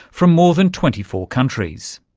from more than twenty four countries.